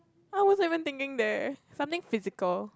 I wasn't even thinking there something physical